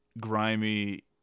grimy